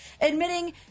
admitting